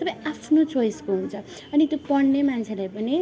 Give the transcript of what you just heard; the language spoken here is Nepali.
सबै आफ्नो चोइजको हुन्छ अनि त्यो पढ्ने मान्छेलाई पनि